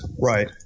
Right